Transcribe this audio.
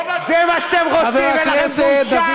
לא לעמוד.